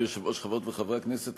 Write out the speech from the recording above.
חברות וחברי הכנסת,